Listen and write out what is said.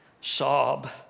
Sob